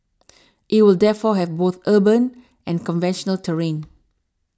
it will therefore have both urban and conventional terrain